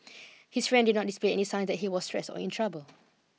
his friend did not display any signs that he was stressed or in trouble